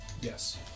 Yes